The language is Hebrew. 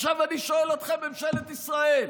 עכשיו אני שואל אתכם, ממשלת ישראל: